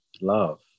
Love